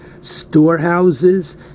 storehouses